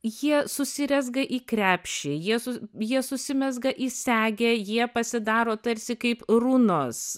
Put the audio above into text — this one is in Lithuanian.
jie susirezga į krepšį jie su jie susimezga į segę jie pasidaro tarsi kaip runos